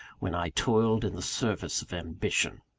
when i toiled in the service of ambition!